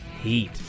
Heat